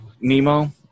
Nemo